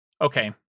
Okay